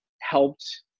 helped